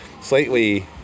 slightly